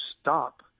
stop